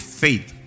faith